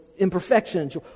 imperfections